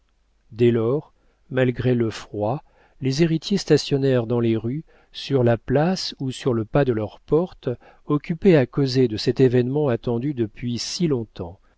dès lors malgré le froid les héritiers stationnèrent dans les rues sur la place ou sur le pas de leurs portes occupés à causer de cet événement attendu depuis si longtemps